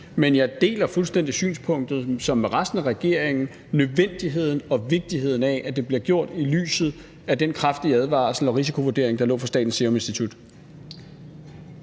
Men jeg deler fuldstændig synspunktet, sammen med resten af regeringen, om nødvendigheden og vigtigheden af, at det bliver gjort, i lyset af den kraftige advarsel og risikovurdering, der lå fra Statens Serum Institut.